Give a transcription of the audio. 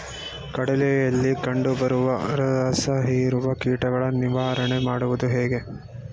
ಕಡಲೆಯಲ್ಲಿ ಕಂಡುಬರುವ ರಸಹೀರುವ ಕೀಟಗಳ ನಿವಾರಣೆ ಮಾಡುವುದು ಹೇಗೆ?